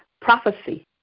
prophecy